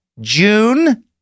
June